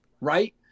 right